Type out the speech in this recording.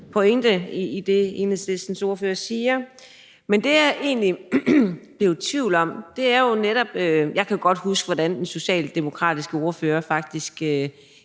pointe i det, Enhedslistens ordfører siger. Men der er noget, jeg egentlig blev i tvivl om. Jeg kan jo godt huske, hvordan den socialdemokratiske ordfører faktisk